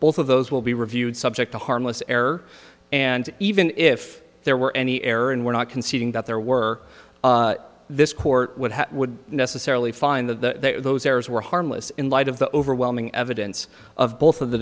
both of those will be reviewed subject to harmless error and even if there were any error and were not conceding that there were this court would have would necessarily find the those errors were harmless in light of the overwhelming evidence of both of the